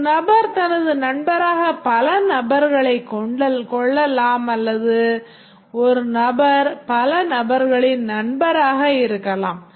ஒரு நபர் தனது நண்பராக பல நபர்களைக் கொள்ளலாம் அல்லது ஒரு நபர் பல நபர்களின் நண்பராக இருக்கலாம்